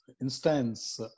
instance